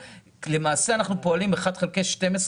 למעשה אנחנו פועלים 1 חלקי 12,